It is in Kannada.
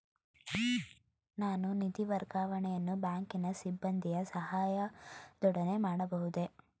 ನಾನು ನಿಧಿ ವರ್ಗಾವಣೆಯನ್ನು ಬ್ಯಾಂಕಿನ ಸಿಬ್ಬಂದಿಯ ಸಹಾಯದೊಡನೆ ಮಾಡಬಹುದೇ?